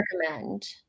recommend